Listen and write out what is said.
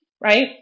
Right